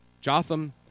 Jotham